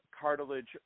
cartilage